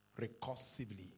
recursively